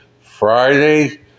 Friday